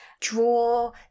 draw